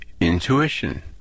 intuition